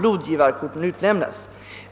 blodgivarkort genom att avkräva den som skall ha ett sådant kort någon form av identitetshandling.